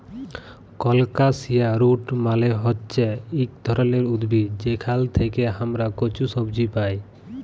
colocasia root মালে হচ্যে ইক ধরলের উদ্ভিদ যেখাল থেক্যে হামরা কচু সবজি পাই